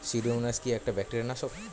Pseudomonas কি একটা bacteria নাশক?